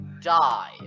die